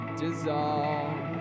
dissolve